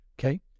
Okay